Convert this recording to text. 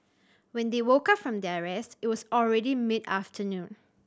when they woke up from their rest it was already mid afternoon